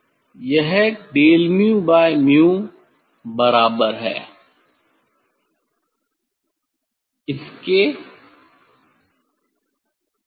यह डेल𝛍 𝛍बराबर है इसके